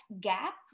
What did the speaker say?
gap